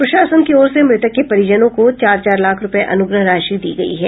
प्रशासन की ओर से मृतक के परिजनों को चार चार लाख रूपये अनुग्रह राशि दी गयी है